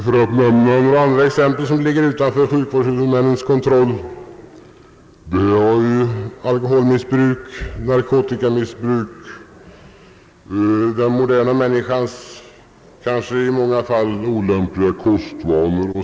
Några andra företeelser som ligger utanför sjukvårdshuvudmännens kontroll och som medverkar till det ökade behovet av sjukvård är alkoholmissbruk, narkotikamissbruk och den moderna människans kanske i många fall olämpliga kostvanor.